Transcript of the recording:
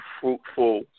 fruitful